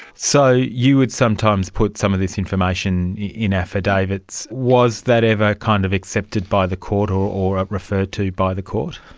so you would sometimes put some of this information in affidavits. was that ever kind of accepted by the court or or referred to by the court?